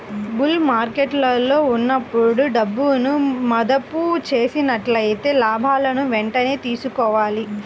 bull మార్కెట్టులో ఉన్నప్పుడు డబ్బును మదుపు చేసినట్లయితే లాభాలను వెంటనే తీసుకోవాలి